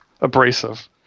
abrasive